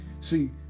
See